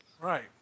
Right